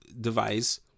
device